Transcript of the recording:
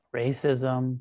racism